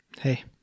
Hey